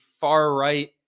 far-right